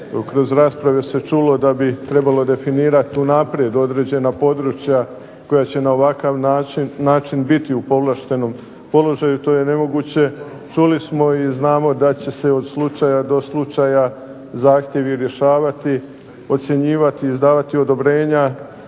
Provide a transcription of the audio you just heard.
kroz rasprave se čulo da bi trebalo definirat unaprijed određena područja koja će na ovakav način biti u povlaštenom položaju. To je nemoguće. Čuli smo i znamo da će se od slučaja do slučaja zahtjevi rješavati, ocjenjivati, izdavati odobrenja